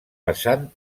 pesant